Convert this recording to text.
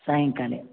सायङ्काले